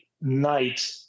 night